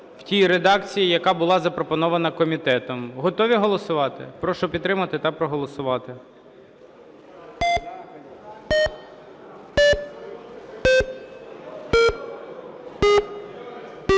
в тій редакції, яка була запропонована комітетом. Готові голосувати? Прошу підтримати та проголосувати.